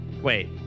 Wait